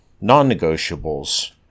non-negotiables